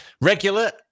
regular